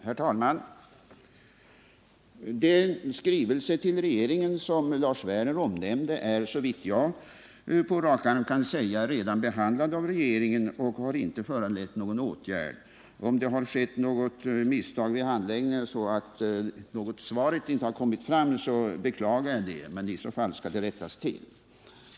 Herr talman! Den skrivelse till regeringen som Lars Werner omnämnde är, såvitt jag på rak arm kan säga, redan behandlad av regeringen, och den har inte föranlett någon åtgärd. Om det har skett något misstag vid handläggningen så att svaret inte har kommit fram, beklagar jag det. I så fall skall det rättas till.